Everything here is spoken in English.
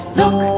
look